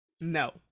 No